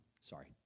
sorry